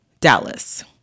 Dallas